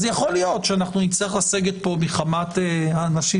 יכול להיות שנצטרך לסגת פה מחמת האנשים